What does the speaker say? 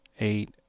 eight